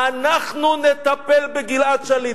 אנחנו נטפל בגלעד שליט.